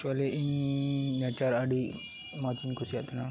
ᱮᱠᱪᱩᱭᱮᱞᱤ ᱤᱧ ᱱᱮᱪᱟᱨ ᱟᱹᱰᱤ ᱢᱚᱡᱽ ᱤᱧ ᱠᱩᱭᱟᱜ ᱛᱟᱦᱮᱱᱟ